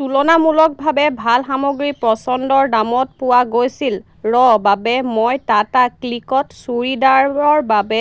তুলনামূলকভাৱে ভাল সামগ্ৰী পচন্দৰ দামত পোৱা গৈছিল ৰ বাবে মই টাটা ক্লিকত চুৰিদাৰৰ বাবে